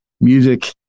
Music